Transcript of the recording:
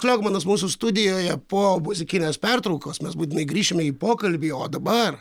kliokmanas mūsų studijoje po muzikinės pertraukos mes būtinai grįšime į pokalbį o dabar